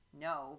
No